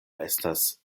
estas